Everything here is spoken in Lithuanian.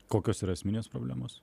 kokios yra esminės problemos